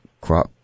crop